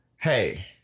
Hey